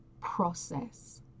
process